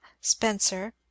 Spencer